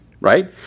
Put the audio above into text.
right